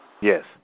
Yes